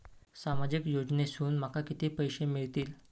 सामाजिक योजनेसून माका किती पैशे मिळतीत?